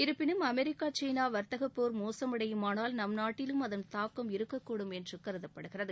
இருப்பினும் அமெரிக்கா சீனா வர்த்தகப்போர் மோசமடையுமானால் நம் நாட்டிலும் அதள் தாக்கம் இருக்கக்கூடும் என்று கருதப்படுகிறது